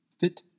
fit